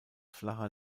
flacher